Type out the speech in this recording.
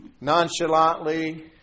nonchalantly